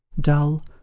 Dull